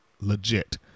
legit